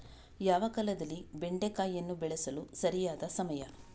ಯಾವ ಕಾಲದಲ್ಲಿ ಬೆಂಡೆಕಾಯಿಯನ್ನು ಬೆಳೆಸಲು ಸರಿಯಾದ ಸಮಯ?